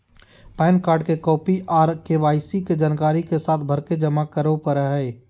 pan card के copy आर KYC जानकारी के साथ भरके जमा करो परय हय